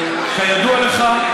כידוע לך,